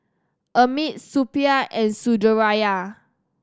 Amit Suppiah and Sundaraiah